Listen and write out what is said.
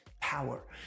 power